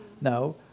No